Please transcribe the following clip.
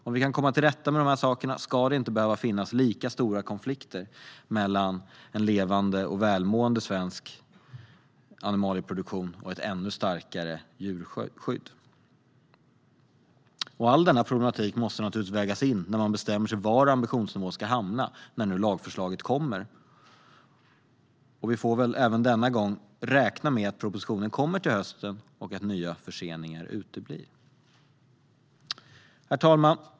Om vi kan komma till rätta med de här sakerna ska det inte behöva finnas lika stora konflikter mellan en levande och välmående svensk animalieproduktion och ett ännu starkare djurskydd. All denna problematik måste naturligtvis vägas in när man bestämmer sig för var ambitionsnivån ska hamna när nu lagförslaget kommer, och vi får väl även denna gång räkna med att propositionen kommer till hösten och att nya förseningar uteblir. Herr talman!